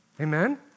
Amen